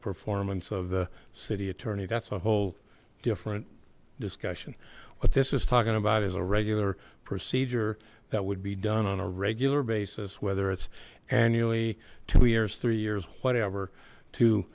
performance of the city attorney that's a whole different discussion what this is talking about is a regular procedure that would be done on a regular basis whether it's annually two years three years whatever to